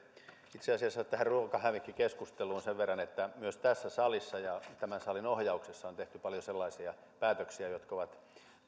tähän ruokahävikkikeskusteluun sen verran että itse asiassa myös tässä salissa ja tämän salin ohjauksessa on tehty paljon sellaisia päätöksiä jotka ovat